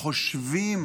חושבים